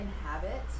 inhabit